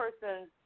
person